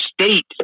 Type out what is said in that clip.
state